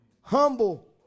Humble